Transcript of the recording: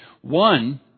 One